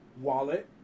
wallet